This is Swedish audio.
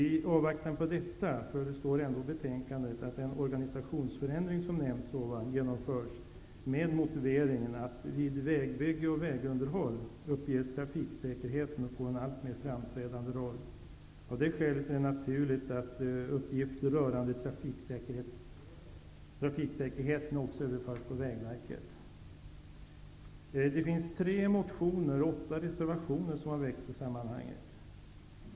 I avvaktan på detta föreslår utskottet att organisationsförändringen genomförs med motiveringen att vid vägbyggen och vägunderhåll uppges trafiksäkerheten få en alltmer framträdande roll. Av det skälet är det naturligt att uppgifter rörande trafiksäkerheten överförs på vägverket. Tre motioner har väckts, och åtta reservationer har fogats till betänkandet.